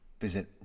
Visit